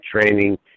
training